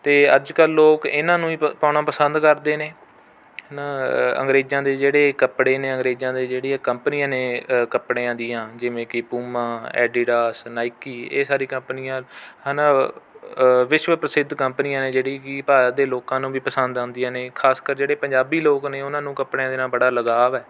ਅਤੇ ਅੱਜ ਕੱਲ੍ਹ ਲੋਕ ਇਨ੍ਹਾਂ ਨੂੰ ਹੀ ਪ ਪਾਉਣਾ ਪਸੰਦ ਕਰਦੇ ਨੇ ਨ ਅੰਗਰੇਜ਼ਾਂ ਦੇ ਜਿਹੜੇ ਕੱਪੜੇ ਨੇ ਅੰਗਰੇਜ਼ਾਂ ਦੇ ਜਿਹੜੀਆਂ ਕੰਪਨੀਆਂ ਨੇ ਕੱਪੜਿਆਂ ਦੀਆਂ ਜਿਵੇਂ ਕਿ ਪੁਮਾਂ ਐਡੀਡਾਸ ਨਾਈਕੀ ਇਹ ਸਾਰੀ ਕੰਪਨੀਆਂ ਹਨ ਵਿਸ਼ਵ ਪ੍ਰਸਿੱਧ ਕੰਪਨੀਆਂ ਨੇ ਜਿਹੜੀ ਕਿ ਭਾਰਤ ਦੇ ਲੋਕਾਂ ਨੂੰ ਵੀ ਪਸੰਦ ਆਉਂਦੀਆਂ ਨੇ ਖਾਸਕਰ ਜਿਹੜੇ ਪੰਜਾਬੀ ਲੋਕ ਨੇ ਉਹਨਾਂ ਨੂੰ ਕੱਪੜਿਆਂ ਦੇ ਨਾਲ ਬੜਾ ਲਗਾਵ ਹੈ